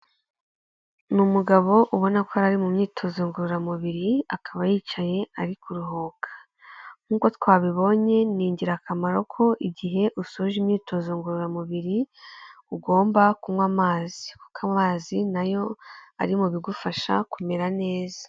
Ni umugabo ubona ko ari mu myitozo ngororamubiri akaba yicaye ari kuruhuka nkuko twabibonye ni ingirakamaro ko igihe usoje imyitozo ngororamubiri ugomba kunywa amazi kuko amazi nayo ari mu bigufasha kumera neza.